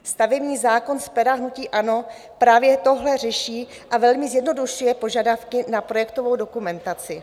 Stavební zákon z pera hnutí ANO právě tohle řeší a velmi zjednodušuje požadavky na projektovou dokumentaci.